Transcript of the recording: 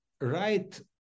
right